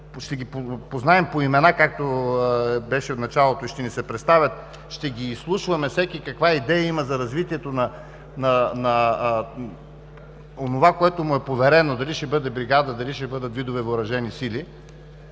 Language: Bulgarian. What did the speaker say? ще ги познаем по имена, както беше в началото, и ще ни се представят, ще ги изслушваме всеки каква идея има за развитието на онова, което му е поверено – дали ще бъде бригада, дали ще бъдат видове въоръжени сили,